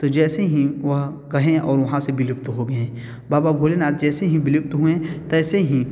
तो जैसे ही वह कहें और वहाँ से विलुप्त हो गए बाबा भोलेनाथ जैसे ही विलुप्त हुए तैसे ही